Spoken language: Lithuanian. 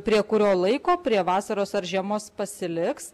prie kurio laiko prie vasaros ar žiemos pasiliks